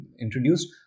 introduced